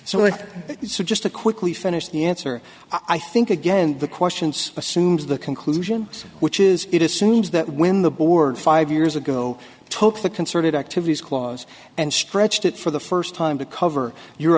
let's just to quickly finish the answer i think again the questions assumes the conclusion which is it assumes that when the board five years ago took the concerted activities clause and stretched it for the first time to cover your